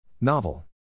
Novel